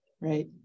Right